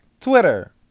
Twitter